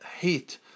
heat